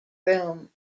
room